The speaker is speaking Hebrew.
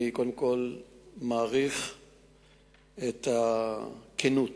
אני קודם כול מעריך את הכנות